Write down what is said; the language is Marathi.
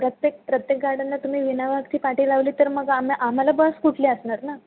प्रत्येक प्रत्येक गाड्यांना तुम्ही विना वाहकची पाटी लावली तर मग आम् आम्हाला बस कुठली असणार ना